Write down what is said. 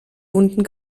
wunden